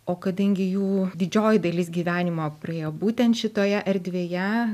o kadangi jų didžioji dalis gyvenimo praėjo būtent šitoje erdvėje